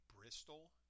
Bristol